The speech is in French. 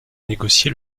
négocié